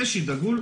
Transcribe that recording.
רק שידאגו לנו,